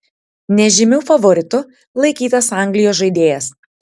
nežymiu favoritu laikytas anglijos žaidėjas